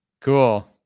Cool